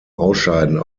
ausscheiden